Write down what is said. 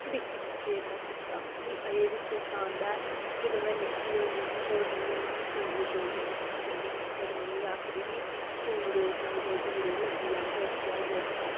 दिक्खी दिक्खियै इ'यां कीता मिगी अजें बी चेता आंदा ऐ जेल्लै में निक्की होंदी ही मेरी मम्मी मशीन दे कोल निं बैठन दिंदी ही मेरी मम्मी आखदी ही दूर ओ दूर ओ दूर ओ लग्गी जाह्ग लग्गी जाह्ग लग्गी जाह्ग